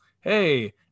Hey